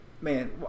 man